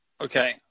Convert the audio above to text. okay